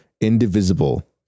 Indivisible